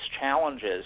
challenges